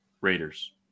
Raiders